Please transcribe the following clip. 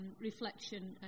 reflection